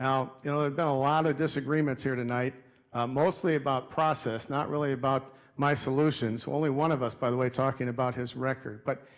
you know ah been a lot of disagreements here tonight. ah mostly about process, not really about my solutions. only one of us, by the way, talking about his record. but,